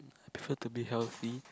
prefer to be healthy